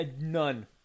None